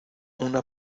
una